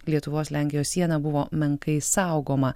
lietuvos lenkijos siena buvo menkai saugoma